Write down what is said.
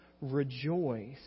rejoice